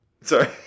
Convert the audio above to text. Sorry